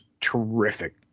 terrific